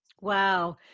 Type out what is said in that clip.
wow